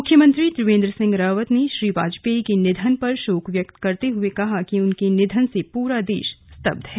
मुख्यमंत्री त्रिवेन्द्र सिंह रावत ने श्री वाजपेयी के निधन पर शोक व्यक्त करते हुए कहा कि उनके निधन से पूरा देश स्तब्ध है